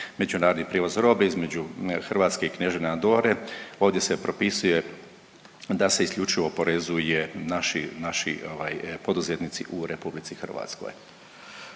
Međunarodni prijevoz robe između Hrvatske i Kneževine Andore, ovdje se propisuje da se isključivo oporezuje naši, naši poduzetnici u RH.